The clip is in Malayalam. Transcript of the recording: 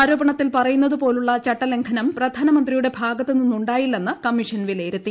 ആരോപണത്തിൽ പറയുന്നതുപോലുള്ള ചട്ടലംഘനം പ്രധാനമന്ത്രിയുടെ ഭാഗത്ത് നിന്നുണ്ടായില്ലെന്ന് കമ്മീഷൻ വിലയിരുത്തി